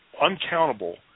Uncountable